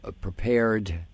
prepared